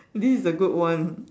this is a good one